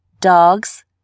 dogs